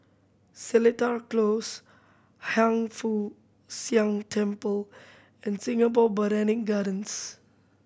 Seletar Close Hiang Foo Siang Temple and Singapore Botanic Gardens